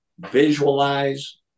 visualize